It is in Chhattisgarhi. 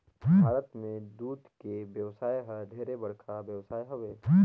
भारत में दूद के बेवसाय हर ढेरे बड़खा बेवसाय हवे